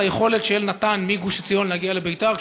על היכולת של נט"ן מגוש-עציון להגיע לביתר-עילית